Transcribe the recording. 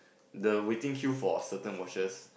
the waiting queue for a certain watches